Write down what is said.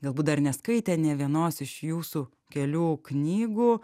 galbūt dar neskaitė nė vienos iš jūsų kelių knygų